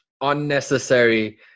unnecessary